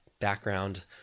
background